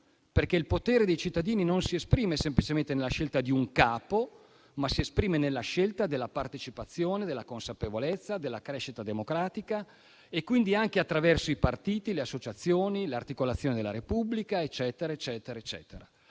perché il potere dei cittadini non si esprime semplicemente nella scelta di un capo, ma si esprime nella scelta della partecipazione, della consapevolezza, della crescita democratica e quindi anche attraverso i partiti, le associazioni, le articolazioni della Repubblica eccetera. La difesa